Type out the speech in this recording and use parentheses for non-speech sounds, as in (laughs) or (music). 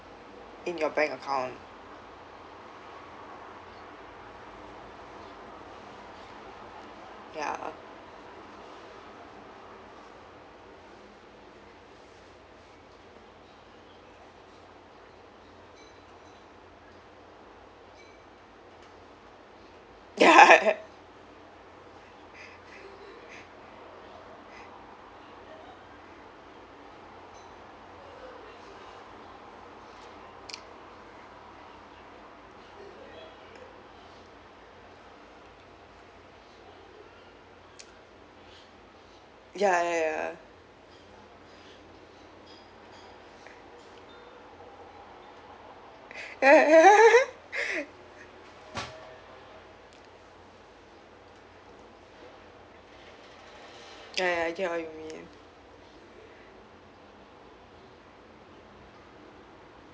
in your bank account ya ya ya ya ya (laughs) ya ya I get what you mean